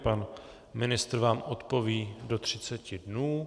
Pan ministr vám odpoví do 30 dnů.